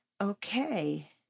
okay